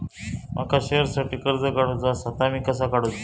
माका शेअरसाठी कर्ज काढूचा असा ता मी कसा काढू?